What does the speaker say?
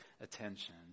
attention